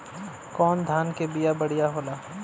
कौन धान के बिया बढ़ियां होला?